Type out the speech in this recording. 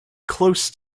close